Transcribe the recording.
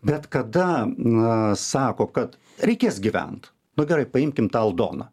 bet kada na sako kad reikės gyvent nu gerai paimkim tą aldoną